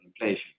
inflation